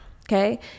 okay